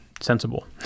sensible